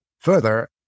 Further